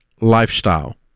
lifestyle